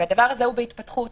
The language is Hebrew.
הדבר הזה הוא בהתפתחות.